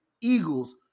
eagles